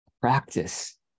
practice